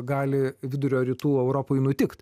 gali vidurio rytų europoj nutikt